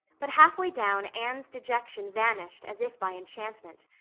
but halfway down anne's dejection vanished as if by enchantment.